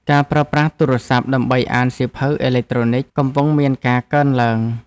ការប្រើប្រាស់ទូរស័ព្ទដើម្បីអានសៀវភៅអេឡិចត្រូនិច កំពុងមានការកើនឡើង។